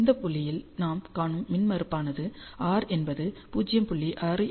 இந்த புள்ளியில் நாம் காணும் மின்மறுப்பானது r என்பது 0